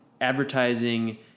advertising